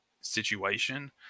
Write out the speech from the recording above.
situation